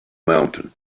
mountain